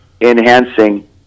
enhancing